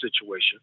situation